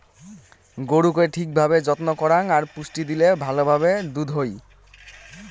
গরুকে ঠিক ভাবে যত্ন করাং আর পুষ্টি দিলে ভালো ভাবে দুধ হই